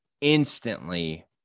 instantly